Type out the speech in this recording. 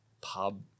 pub